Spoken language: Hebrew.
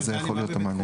וזה יכול להיות המענה.